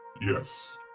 Yes